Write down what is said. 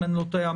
אם אני לא טועה,